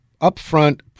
upfront